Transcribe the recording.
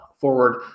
forward